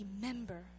remember